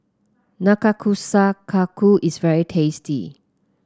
Nanakusa Kaku is very tasty